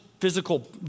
physical